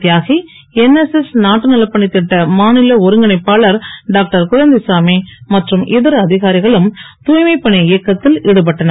தியாகி என்எஸ்எஸ் நாட்டு நலப்பணித் திட்ட மாநில ஒருங்கிணைப்பாளர் டாக்டர் குழந்தைசாமி மற்றும் இதர அதிகாரிகளும் தூய்மைப்பணி இயக்கத்தில் ஈடுபட்டனர்